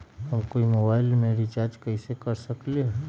हम कोई मोबाईल में रिचार्ज कईसे कर सकली ह?